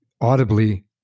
audibly